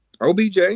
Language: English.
OBJ